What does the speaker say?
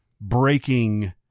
breaking